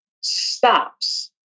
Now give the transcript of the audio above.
stops